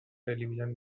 television